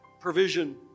provision